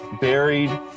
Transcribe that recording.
buried